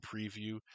preview